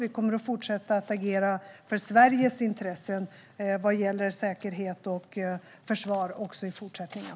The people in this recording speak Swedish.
Vi kommer att fortsätta att agera för Sveriges intressen vad gäller säkerhet och försvar också i fortsättningen.